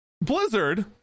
Blizzard